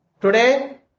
Today